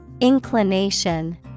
Inclination